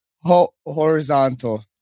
horizontal